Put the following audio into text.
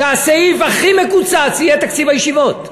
שהסעיף הכי מקוצץ בו יהיה תקציב הישיבות.